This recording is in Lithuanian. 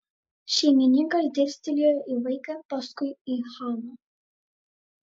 šeimininkas dirstelėjo į vaiką paskui į haną